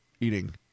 eating